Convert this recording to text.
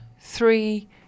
three